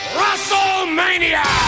Wrestlemania